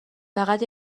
فقط